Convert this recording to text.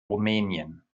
rumänien